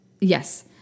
Yes